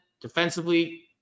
defensively